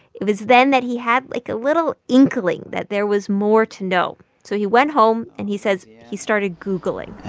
it was then that he had, like, a little inkling that there was more to know. so he went home, and he says he started googling